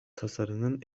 tasarının